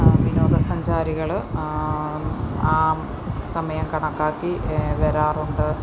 വിനോദസഞ്ചാരികൾ ആ സമയം കണക്കാക്കി വരാറുണ്ട്